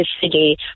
city